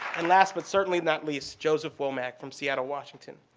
and last but certainly not least, joseph womac from seattle, washington.